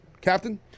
Captain